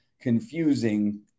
confusing